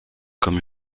comme